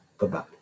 Bye-bye